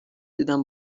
دیدم